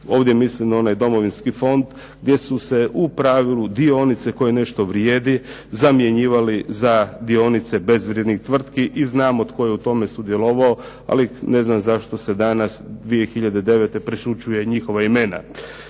Ovdje mislim na onaj Domovinski fond gdje su se u pravilu dionice koje nešto vrijede zamjenjivale za dionice bezvrijednih tvrtki i znamo tko je u tome sudjelovao, ali ne znam zašto se danas 2009. prešućuju njihova imena.